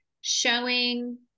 showing